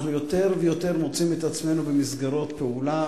אנחנו יותר ויותר מוצאים את עצמנו במסגרות פעולה,